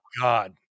God